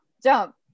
jump